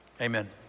amen